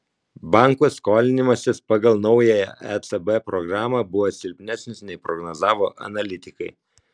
bankų skolinimasis pagal naująją ecb programą buvo silpnesnis nei prognozavo analitikai